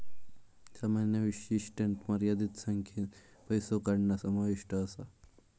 सामान्य वैशिष्ट्यांत मर्यादित संख्येन पैसो काढणा समाविष्ट असा